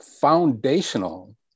foundational